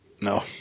No